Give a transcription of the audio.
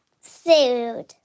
food